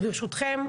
ברשותכם,